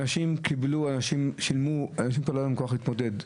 אנשים שילמו ולא היה להם כוח להתמודד.